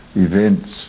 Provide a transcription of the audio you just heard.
events